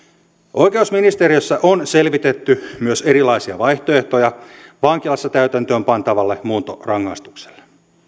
oikeusministeriössä on selvitetty myös erilaisia vaihtoehtoja vankilassa täytäntöön pantavalle muuntorangaistukselle